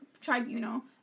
tribunal